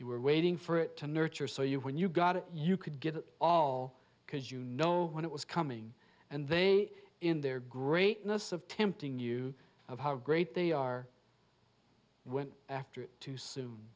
you were waiting for it to nurture so you when you got it you could get it all because you know when it was coming and they in their greatness of tempting you of how great they are went after it too soon